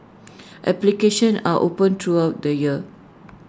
applications are open throughout the year